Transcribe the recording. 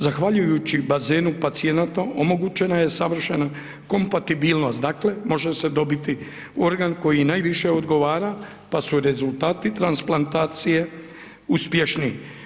Zahvaljujući bazenu pacijenata, omogućena je savršena kompatibilnost, dakle, može se dobiti organ koji najviše odgovara, pa su rezultati transplantacije uspješniji.